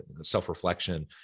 self-reflection